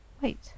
wait